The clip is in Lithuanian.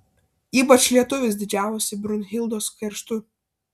ypač lietuvis didžiavosi brunhildos kerštu